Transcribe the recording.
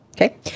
Okay